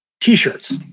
t-shirts